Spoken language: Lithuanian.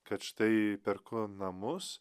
kad štai perku namus